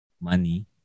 money